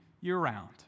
year-round